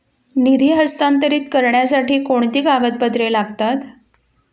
निधी हस्तांतरित करण्यासाठी कोणती कागदपत्रे लागतात?